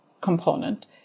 component